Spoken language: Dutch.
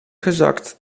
gezakt